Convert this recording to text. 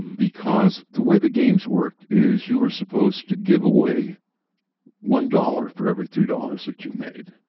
because the way the games work is you were supposed to give away one dollars for every three dollars that you made.